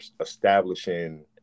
establishing